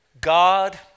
God